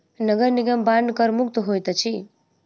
नगर निगम बांड कर मुक्त होइत अछि